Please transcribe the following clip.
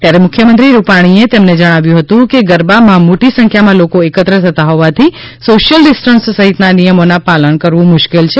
ત્યારે મુખ્યમંત્રી વિજય રૂપાણી તેમને જણાવ્યુ હતું કે ગરબામાં મોટી સંખ્યમાં લોકો એકત્ર થતા હોવાથી સોશિયલ ડિસ્ટન્સ સહિતના નિયમોના પાલન કરવું મુશ્કેલ છે